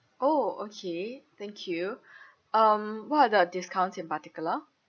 oh okay thank you um what are the discounts in particular